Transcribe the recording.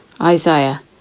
Isaiah